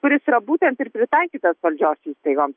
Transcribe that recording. kuris yra būtent ir pritaikytas valdžios įstaigoms